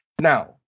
Now